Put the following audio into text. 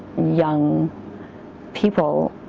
young people